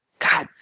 God